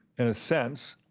in a sense,